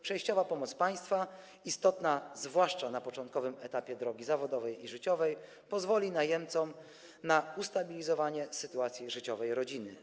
Przejściowa pomoc państwa, istotna zwłaszcza na początkowym etapie drogi zawodowej i życiowej, pozwoli najemcom na ustabilizowanie sytuacji życiowej rodziny.